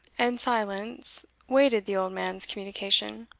and silence waited the old man's communication.